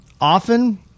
often